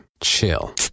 Chill